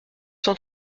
cent